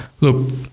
look